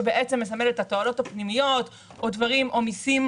שבעצם מסמל את התועלות הפנימיות או מיסים